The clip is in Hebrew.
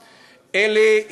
אלי,